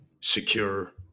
secure